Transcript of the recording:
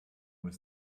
were